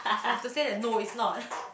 I have to say that no it's not